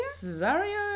Cesario